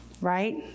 right